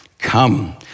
Come